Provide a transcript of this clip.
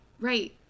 right